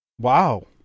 wow